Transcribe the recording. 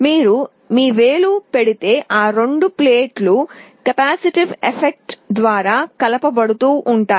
మీరు మీ వేలు పెడితే ఈ రెండు ప్లేట్లు కెపాసిటివ్ ఎఫెక్ట్ ద్వారా కలపడం పొందుతాయి